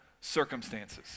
circumstances